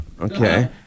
Okay